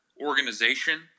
organization